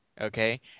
Okay